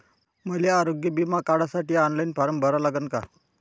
मले आरोग्य बिमा काढासाठी ऑनलाईन फारम भरा लागन का?